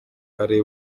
ari